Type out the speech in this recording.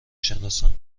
سناسم